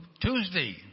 Tuesday